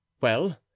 Well